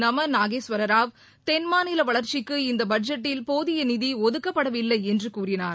நமநாகேஸ்வரராவ் தென்மாநிலவளர்ச்சிக்கு இந்தபட்ஜெட்டில் போதியநிதிஒதுக்கப்படவில்லைஎன்றுகூறினார்